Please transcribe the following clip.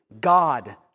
God